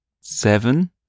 seven